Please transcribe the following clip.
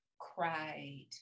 cried